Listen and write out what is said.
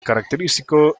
característico